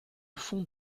fond